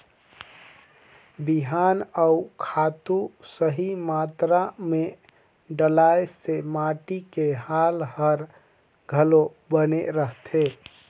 बिहान अउ खातू सही मातरा मे डलाए से माटी के हाल हर घलो बने रहथे